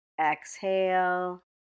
exhale